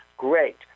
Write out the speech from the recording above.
Great